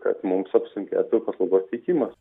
kad mums apsunkėtų paslaugos teikimas